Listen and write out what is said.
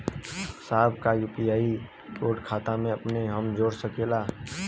साहब का UPI code खाता से अपने हम जोड़ सकेला?